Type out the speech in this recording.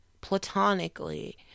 platonically